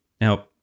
Now